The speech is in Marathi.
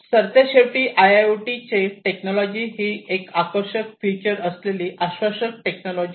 सरते शेवटीआयआयओटी टेक्नॉलॉजी ही आकर्षक फीचर्स असलेले आश्वासक टेक्नॉलॉजी आहे